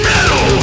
Metal